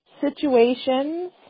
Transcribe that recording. situations